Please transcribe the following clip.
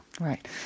Right